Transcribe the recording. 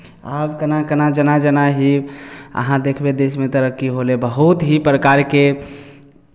आब केना केना जेना जेना ई अहाँ देखबै देशमे तरक्की होलय बहुत ही प्रकारके